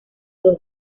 dos